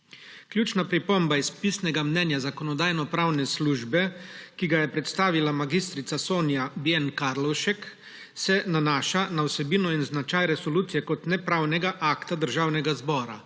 Ključna pripomba iz pisnega mnenja Zakonodajno-pravne službe, ki ga je predstavila mag. Sonja Bien Karlovšek, se nanaša na vsebino in značaj resolucije kot nepravnega akta Državnega zbora.